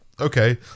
Okay